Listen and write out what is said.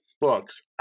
books